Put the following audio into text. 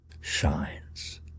shines